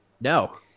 No